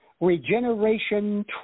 Regeneration